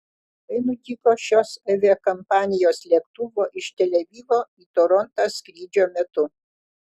tai nutiko šios aviakompanijos lėktuvo iš tel avivo į torontą skrydžio metu